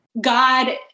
God